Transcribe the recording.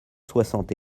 soixante